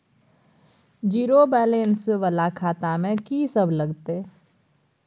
Zero balance वाला खाता में की सब लगतै?